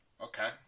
Okay